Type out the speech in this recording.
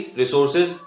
resources